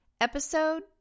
episode